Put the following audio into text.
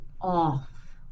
off